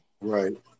Right